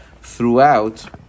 throughout